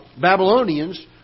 Babylonians